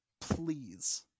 Please